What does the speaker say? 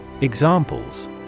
Examples